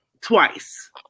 twice